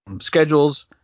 schedules